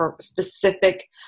specific